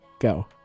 Go